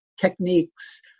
techniques